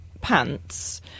pants